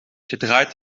gedraaid